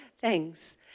Thanks